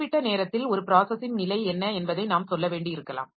குறிப்பிட்ட நேரத்தில் ஒரு ப்ராஸஸின் நிலை என்ன என்பதை நாம் சொல்ல வேண்டியிருக்கலாம்